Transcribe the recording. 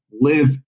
live